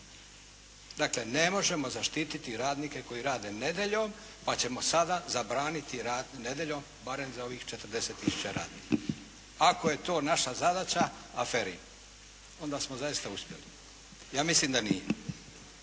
Dakle, ne možemo zaštititi radnike koji rade nedjeljom pa ćemo sada zabraniti rad nedjeljom barem za ovih 40 tisuća radnika. Ako je to naša zadaća aferi, onda smo zaista uspjeli. Ja mislim da nije.